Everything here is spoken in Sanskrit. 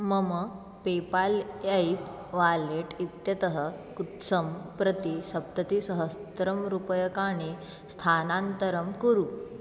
मम पेपाल् ऐप् वालेट् इत्यतः कुत्सं प्रति सप्ततिसहस्रं रूप्यकाणि स्थानान्तरं कुरु